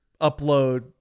upload